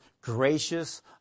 gracious